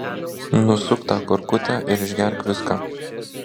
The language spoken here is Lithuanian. nusuk tą korkutę ir išgerk viską